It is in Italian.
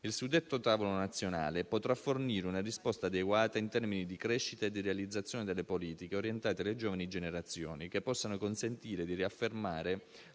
Il suddetto tavolo nazionale potrà fornire una risposta adeguata in termini di crescita e di realizzazione delle politiche orientate alle giovani generazioni che possano consentire di riaffermare